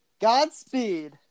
Godspeed